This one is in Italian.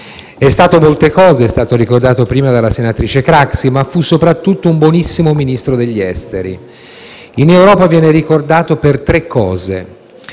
De Michelis - è stato ricordato dalla senatrice Craxi - ma fu soprattutto un buonissimo Ministro degli esteri. In Europa, viene ricordato per tre cose: